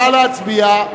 נא להצביע.